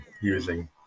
using